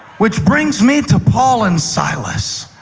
which brings me to paul and silas,